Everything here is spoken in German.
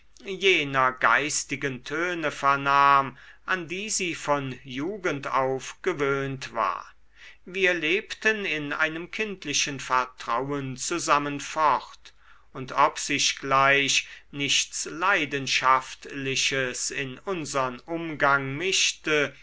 jener geistigen töne vernahm an die sie von jugend auf gewöhnt war wir lebten in einem kindlichen vertrauen zusammen fort und ob sich gleich nichts leidenschaftliches in unsern umgang mischte